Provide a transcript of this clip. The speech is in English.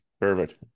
perfect